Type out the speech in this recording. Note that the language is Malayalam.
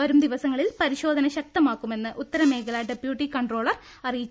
വരും ദിവസങ്ങളിൽ പരിശോധന ശക്തമാക്കുമെന്ന് ഉത്തരമേഖലാ ഡെപ്യൂട്ടി കൺട്രോളർ അറിയിച്ചു